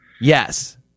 Yes